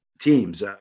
teams